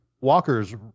Walker's